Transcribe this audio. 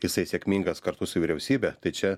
jisai sėkmingas kartu su vyriausybe tai čia